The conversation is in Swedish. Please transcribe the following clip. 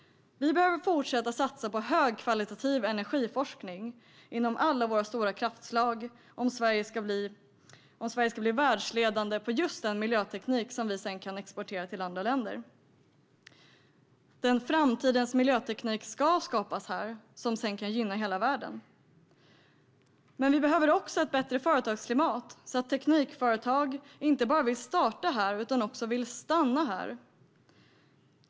Vi behöver fortsätta satsa på högkvalitativ energiforskning inom alla våra stora kraftslag om Sverige ska bli världsledande på just den miljöteknik som vi sedan kan exportera till andra länder. Denna framtidens miljöteknik ska skapas här. Den kan sedan gynna hela världen. Vi behöver dock också ett bättre företagsklimat så att teknikföretag inte bara vill starta här utan också vill stanna här.